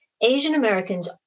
Asian-Americans